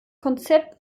konzept